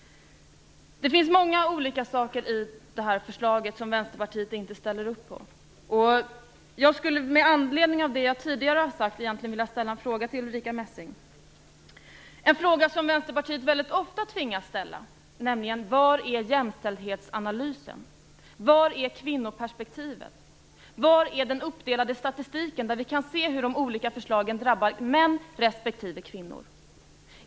Det finns många olika saker i förslaget som Vänsterpartiet inte ställer upp på. Med anledning av det jag tidigare sagt skulle jag vilja ställa en fråga till Ulrica Messing, en fråga som Vänsterpartiet väldigt ofta tvingas ställa, nämligen: Var är jämställdhetsanalysen? Var är kvinnoperspektivet? Var är den uppdelade statistiken där vi kan se hur de olika förslagen drabbar män respektive kvinnor?